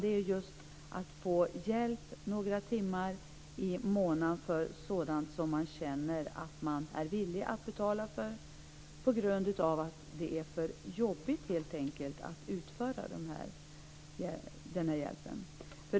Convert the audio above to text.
Det handlar om att få hjälp några timmar i månaden för sådant som man känner att man är villig att betala för på grund av att det helt enkelt är för jobbigt att utföra de sakerna.